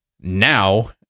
now